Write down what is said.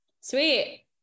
Sweet